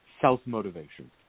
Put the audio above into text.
self-motivation